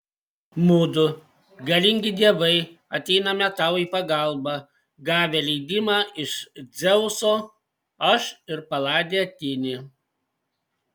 mudu galingi dievai ateiname tau į pagalbą gavę leidimą iš dzeuso aš ir paladė atėnė